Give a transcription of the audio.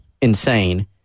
insane